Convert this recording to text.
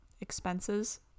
expenses